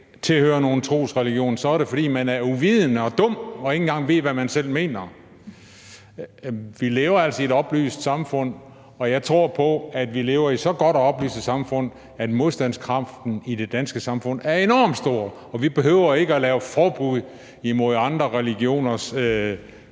tilhører nogen religion, er det, fordi man er uvidende og dum og ikke engang ved, hvad man selv mener. Vi lever altså i et oplyst samfund, og jeg tror på, at vi lever i et så godt og oplyst samfund, at modstandskraften i det danske samfund er enormt stor. Så vi behøver ikke at lave forbud mod andre religioners